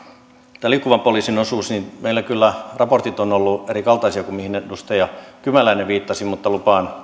tämä liikkuvan poliisin osuus meillä kyllä raportit ovat olleet erikaltaisia kuin mihin edustaja kymäläinen viittasi mutta lupaan